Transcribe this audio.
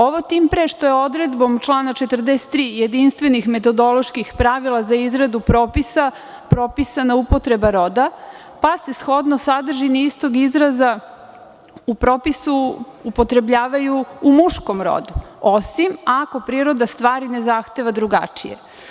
Ovo tim pre što je odredbom člana 43. jedinstvenih metodoloških pravila za izradu propisa propisana upotreba roda, pa se shodno sadržini istog izraza u propisu upotrebljavaju u muškom rodu, osim ako priroda stvari ne zahteva drugačije.